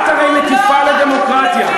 את הרי מטיפה לדמוקרטיה.